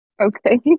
Okay